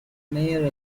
mayer